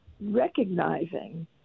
recognizing